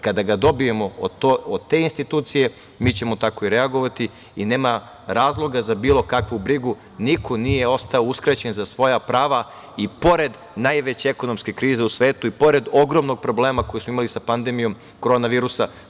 Kada ga dobijemo od te institucije mi ćemo tako i reagovati i nema razloga za bilo kakvu brigu, niko nije ostao uskraćen za svoja prava i pored najveće ekonomske krize u svetu i pored ogromnog problema koji smo imali sa pandemijom korona virusa.